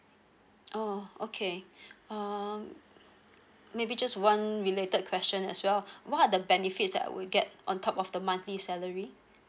oh okay um maybe just one related question as well what are the benefits that I will get on top of the monthly salary